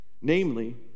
namely